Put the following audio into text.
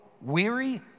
weary